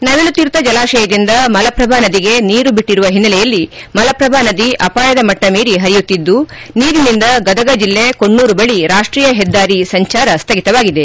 ನವಿಲು ತೀರ್ಥ ಜಲಾಶಯದಿಂದ ಮಲಪ್ರಭಾ ನದಿಗೆ ನೀರು ಬಿಟ್ಟಿರುವ ಹಿನ್ನಲೆಯಲ್ಲಿ ಮಲಪ್ರಭಾ ನದಿ ಅಪಾಯ ಮಟ್ಟ ಮೀರಿ ಹರಿಯುತ್ತಿದ್ದು ನೀರಿನಿಂದ ಗದಗ ಜಿಲ್ಲೆ ಕೊಣ್ಣೂರು ಬಳಿ ರಾಷ್ವಿಯ ಹೆದ್ದಾರಿ ಸಂಚಾರ ಸ್ದಗಿತವಾಗಿದೆ